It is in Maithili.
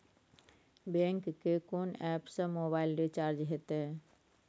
बैंक के कोन एप से मोबाइल रिचार्ज हेते?